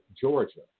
Georgia